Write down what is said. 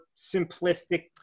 simplistic